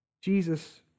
Jesus